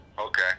okay